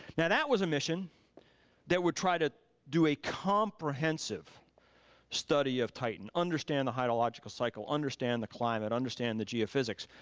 now that was a mission that would try to do a comprehensive study of titan, understand the hydrological cycle, understand the climate, understand the geophysics.